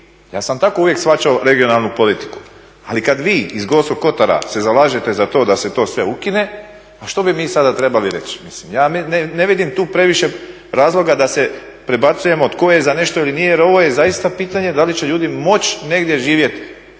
Ja sam tako uvijek shvaćao regionalnu politiku. Ali kad vi iz Gorskog kotara se zalažete za to da se to sve ukine a što bi mi sada trebali reći? Mislim, ja ne vidim tu previše razloga da se prebacujemo tko je za nešto ili nije jer ovo je zaista pitanje da li će ljudi moći negdje živjeti